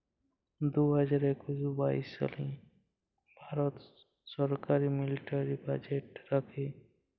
দু হাজার একুশ বাইশ সালে ভারত ছরকার মিলিটারি বাজেট রাখে